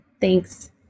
thanks